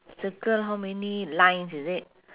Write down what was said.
circle how many lines is it